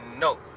no